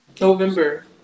November